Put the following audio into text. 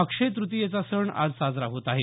अक्षय तृतीयेचा सण आज साजरा होत आहे